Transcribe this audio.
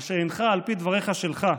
מה שאינך, על פי דבריך שלך,